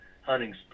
hunting